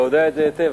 אתה יודע את זה היטב,